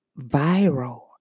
viral